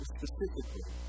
specifically